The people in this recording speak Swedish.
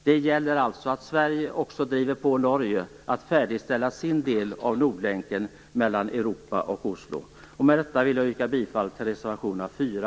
Det gäller alltså att Sverige också driver på Norge att färdigställa sin del av Med detta vill jag yrka bifall till reservationerna 4